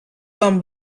come